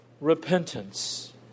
repentance